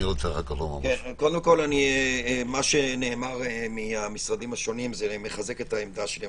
מה שנאמר מהמשרדים השונים מחזק את העמדה שלי.